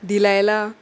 दिलायला